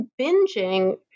binging